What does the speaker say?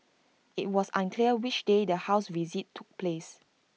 IT was unclear which day the house visit took place